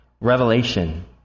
Revelation